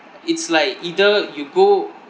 it's like either you go